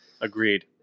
Agreed